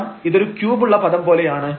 കാരണം ഇത് ഒരു ക്യൂബ് ഉള്ള പദം പോലെയാണ്